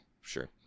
sure